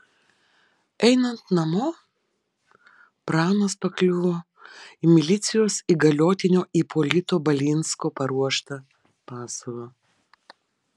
einant namo pranas pakliuvo į milicijos įgaliotinio ipolito balinsko paruoštą pasalą